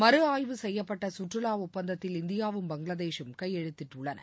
மறு ஆய்வு செய்யப்பட்ட சுற்றுலா ஒப்பந்தத்தில் இந்தியாவும் பங்களாதேஷும் கையெழுத்திட்டுள்ளன